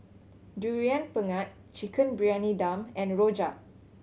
Durian Pengat Chicken Briyani Dum and rojak